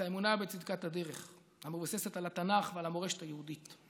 את האמונה בצדקת הדרך המבוססת על התנ"ך ועל המורשת היהודית,